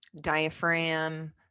diaphragm